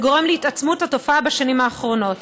גורמים להתגברות התופעה בשנים האחרונות.